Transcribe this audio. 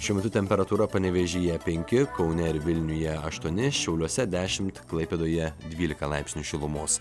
šiuo metu temperatūra panevėžyje penki kaune ir vilniuje aštuoni šiauliuose dešimt klaipėdoje dvylika laipsnių šilumos